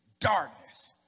darkness